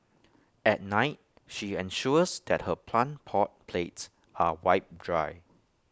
at night she ensures that her plant pot plates are wiped dry